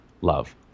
love